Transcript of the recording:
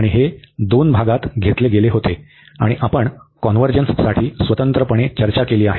आणि हे दोन भागात घेतले गेले होते आणि आपण कॉन्व्हर्जन्ससाठी स्वतंत्रपणे चर्चा केली आहे